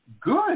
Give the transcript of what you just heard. good